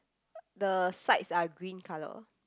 the sides are green colour